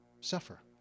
suffer